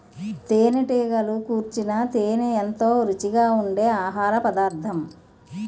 తేనెటీగలు కూర్చిన తేనే ఎంతో రుచిగా ఉండె ఆహారపదార్థం